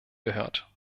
gehört